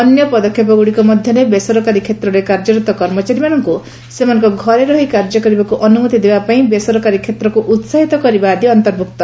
ଅନ୍ୟ ପଦକ୍ଷେପଗୁଡ଼ିକ ମଧ୍ୟରେ ବେସରକାରୀ କ୍ଷେତ୍ରରେ କାର୍ଯ୍ୟରତ କର୍ମଚାରୀମାନଙ୍କୁ ସେମାନଙ୍କ ଘରେ ରହି କାର୍ଯ୍ୟ କରିବାକୁ ଅନୁମତି ଦେବାପାଇଁ ବେସରକାରୀ କ୍ଷେତ୍ରକୁ ଉସାହିତ କରିବା ଆଦି ଅନ୍ତର୍ଭୁକ୍ତ